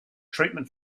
treatment